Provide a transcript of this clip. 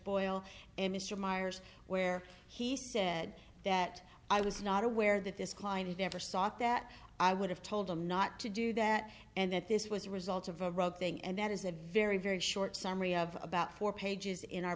boyle and mr myers where he said that i was not aware that this client never sought that i would have told him not to do that and that this was a result of a rogue thing and that is a very very short summary of about four pages in our